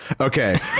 okay